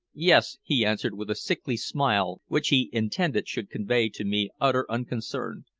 yes, he answered with a sickly smile which he intended should convey to me utter unconcern.